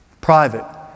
Private